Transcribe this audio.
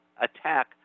attack